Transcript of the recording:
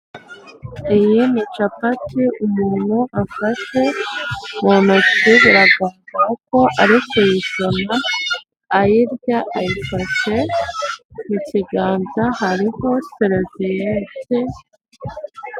Umugabo wiyogoshesheje wazamuye akaboko, wambaye ikoti ry'ubururu n'ishati y'umukara ndetse na karuvati y'ubururu, imbere hakaba hari mikorofone, inyuma ye hakaba hari dolise y'amashokora ndetse munsi hakaba hari amagambo yandikishije inyuguti z'umweru, handitseho Dogita Utumatwishima Ja, munsi hakaba hari n'undi.